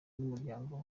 n’umuryango